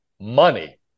Money